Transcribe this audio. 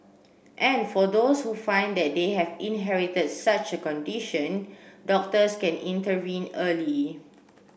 and for those who find that they have inherited such a condition doctors can intervene early